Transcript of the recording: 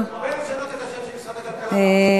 ולשנות את השם של משרד הכלכלה פעם בשבועיים.